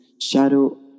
shadow